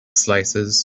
slices